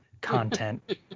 content